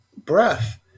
breath